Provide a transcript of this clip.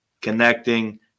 connecting